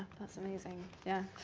that's amazing. yeah,